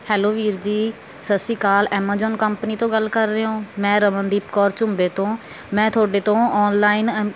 hello ਵੀਰ ਜੀ ਸਤਿ ਸ਼੍ਰੀ ਅਕਾਲ ਐਮਾਜੋਨ ਕੰਪਨੀ ਤੋਂ ਗੱਲ ਕਰ ਰਹੇ ਹੋ ਮੈਂ ਰਮਨਦੀਪ ਕੌਰ ਝੁੰਬੇ ਤੋਂ ਮੈਂ ਤੁਹਾਡੇ ਤੋਂ ਔਨਲਾਈਨ ਐ